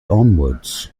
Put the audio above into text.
onwards